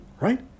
right